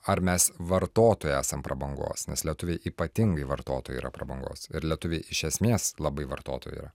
ar mes vartotojai esam prabangos nes lietuviai ypatingai vartotojai yra prabangos ir lietuviai iš esmės labai vartotojai yra